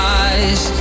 eyes